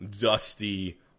dusty